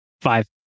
Five